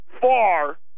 far